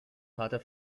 vater